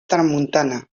tramuntana